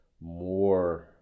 more